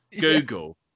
Google